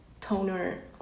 toner